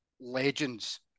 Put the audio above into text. legends